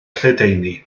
lledaenu